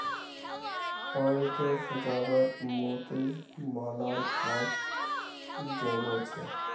औरतेर साज्वात मोतिर मालार ख़ास जोगो छे